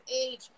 age